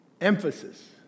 Emphasis